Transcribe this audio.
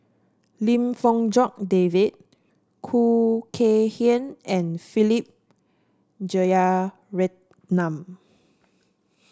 Lim Fong Jock David Khoo Kay Hian and Philip Jeyaretnam